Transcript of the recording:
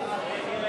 להסיר מסדר-היום את